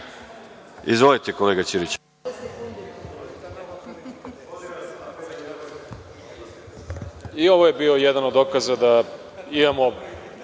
I ovo je bio jedan od dokaza da imamo